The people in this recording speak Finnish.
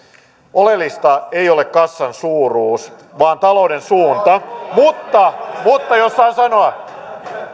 oleellista ei ole kassan suuruus vaan talouden suunta mutta mutta jos saan sanoa jos